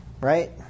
right